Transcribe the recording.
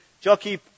Jockey